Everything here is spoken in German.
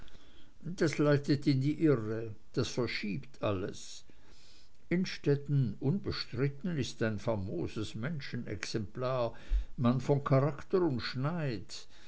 das leitet in die irre das verschiebt alles innstetten unbestritten ist ein famoses menschenexemplar mann von charakter und schneid